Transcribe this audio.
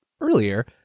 earlier